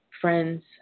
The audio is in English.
friends